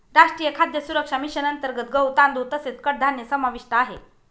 राष्ट्रीय खाद्य सुरक्षा मिशन अंतर्गत गहू, तांदूळ तसेच कडधान्य समाविष्ट आहे